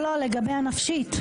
לא, לגבי הנפשית.